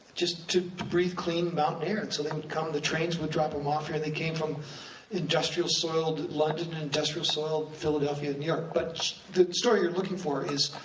just to breathe clean mountain air. and so they would come, the trains would drop them off here, they came from industrial, soiled london, industrial, soiled philadelphia and new york. but the story you're looking for is,